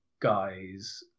guys